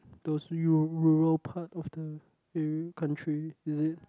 those rural part of the country is it